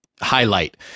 highlight